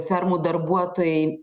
fermų darbuotojai